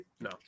No